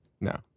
No